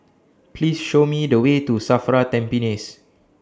Please Show Me The Way to SAFRA Tampines